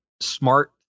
smart